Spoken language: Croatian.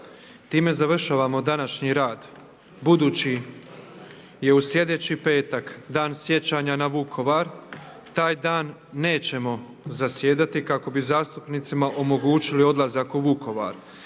time završavamo današnji dan, budući je u sljedeći petak dan sjećanja na Vukovar taj dan nećemo zasjedati kako bi zastupnicima omogućili odlazak u Vukovar.